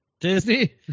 Disney